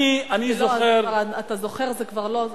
אתה זוכר, זה כבר לא,